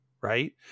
right